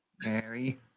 Mary